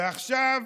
ועכשיו,